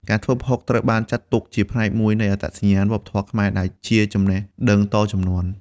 ការធ្វើប្រហុក ត្រូវបានចាត់ទុកជាផ្នែកមួយនៃអត្តសញ្ញាណវប្បធម៌ខ្មែរ ដែលជាចំណេះដឹងតជំនាន់។